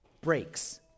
breaks